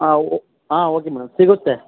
ಹಾಂ ಓ ಹಾಂ ಓಕಿ ಮೇಡಮ್ ಸಿಗುತ್ತೆ